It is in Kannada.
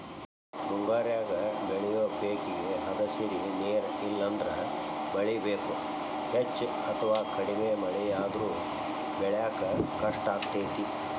ಮುಂಗಾರ್ಯಾಗ ಬೆಳಿಯೋ ಪೇಕೇಗೆ ಹದಸಿರಿ ನೇರ ಇಲ್ಲಂದ್ರ ಮಳಿ ಬೇಕು, ಹೆಚ್ಚ ಅಥವಾ ಕಡಿಮೆ ಮಳೆಯಾದ್ರೂ ಬೆಳ್ಯಾಕ ಕಷ್ಟಾಗ್ತೇತಿ